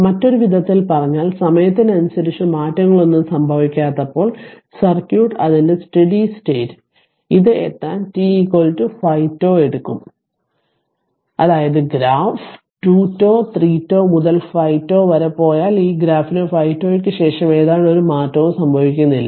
മറ്റൊരു വിധത്തിൽ പറഞ്ഞാൽ സമയത്തിനനുസരിച്ച് മാറ്റങ്ങളൊന്നും സംഭവിക്കാത്തപ്പോൾ സർക്യൂട്ട് അതിന്റെ സ്റ്റഡി സ്റ്റേറ്റ് ഇത് എത്താൻ t 5 τ എടുക്കും അതായത് ഗ്രാഫ് 2 τ 3τ മുതൽ 5 τ വരെ പോയാൽ ഈ ഗ്രാഫിന് 5 τ ക്കു ശേഷം ഏതാണ്ട് ഒരു മാറ്റവും സംഭവിക്കുന്നില്ല